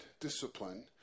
discipline